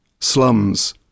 Slums